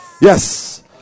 Yes